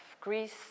Greece